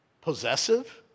possessive